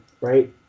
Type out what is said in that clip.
right